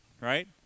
right